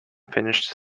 finished